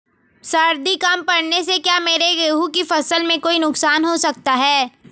सर्दी कम पड़ने से क्या मेरे गेहूँ की फसल में कोई नुकसान हो सकता है?